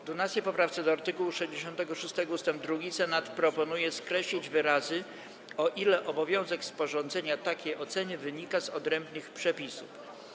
W 12. poprawce do art. 66 ust. 2 Senat proponuje skreślić wyrazy „o ile obowiązek sporządzenia takiej oceny wynika z odrębnych przepisów”